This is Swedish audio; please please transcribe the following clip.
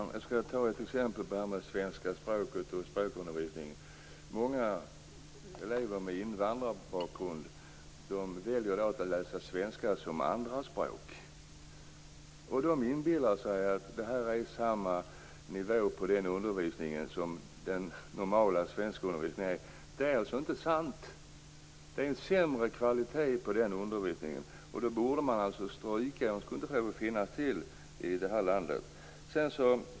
Fru talman! Jag skall ge ett exempel på det här med svenska språket och språkundervisningen. Många elever med invandrarbakgrund väljer att läsa svenska som andraspråk. De inbillar sig att det är samma nivå på den undervisningen som på den normala svenskundervisningen. Det är inte sant. Den undervisningen har en sämre kvalitet, och den borde inte få finnas i vårt land.